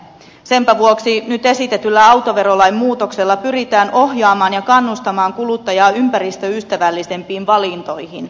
senpä vuoksi nyt esitetyllä autoverolain muutoksella pyritään ohjaamaan ja kannustamaan kuluttajaa ympäristöystävällisempiin valintoihin